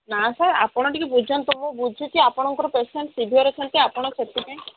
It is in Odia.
ନା ସାର୍ ଆପଣ ଟିକେ ବୁଝନ୍ତୁ ମୁଁ ବୁଝୁଛି ଆପଣଙ୍କର ପେସେଣ୍ଟ ସିଭିଅର ଅଛନ୍ତି ଆପଣ ସେଥିପାଇଁ